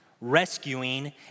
rescuing